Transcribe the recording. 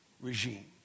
regime